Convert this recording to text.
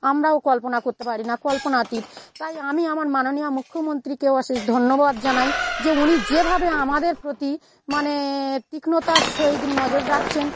আমরাও কল্পনা করতে পারি না কল্পনাতীত তাই আমি আমার মাননীয়া মুখ্যমন্ত্রীকে অশেষ ধন্যবাদ জানাই যে উনি যেভাবে আমাদের প্রতি মানে তীক্ষ্ণতার সহিত নজর রাখছেন